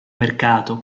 mercato